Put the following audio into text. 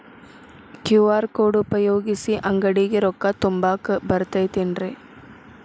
QR code ಉಪಯೋಗಿಸಿ, ಅಂಗಡಿಗೆ ರೊಕ್ಕಾ ತುಂಬಾಕ್ ಬರತೈತೇನ್ರೇ?